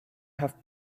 have